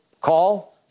call